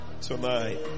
tonight